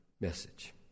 message